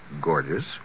Gorgeous